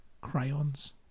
crayons